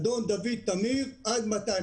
אדון דוד תמיר, עד מתי?